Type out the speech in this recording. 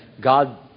God